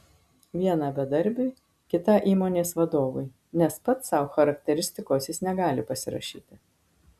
vieną bedarbiui kitą įmonės vadovui nes pats sau charakteristikos jis negali pasirašyti